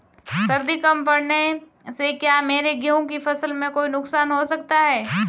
सर्दी कम पड़ने से क्या मेरे गेहूँ की फसल में कोई नुकसान हो सकता है?